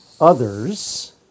others